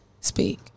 speak